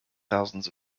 thousands